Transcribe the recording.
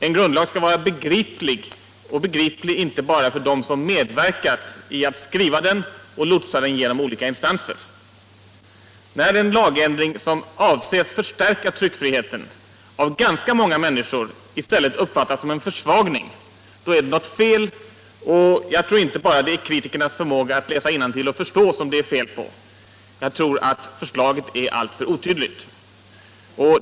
En grundlag skall vara begriplig, och begriplig inte bara för dem som medverkat i att skriva den och lotsa den genom olika instanser. När en lagändring, som avses att förstärka tryckfriheten, av ganska många människor uppfattas som en försvagning, då är det något fel — och jag tror inte att det bara är kritikernas förmåga att läsa innantill och förstå som det är fel på. Förslaget är alltför otydligt.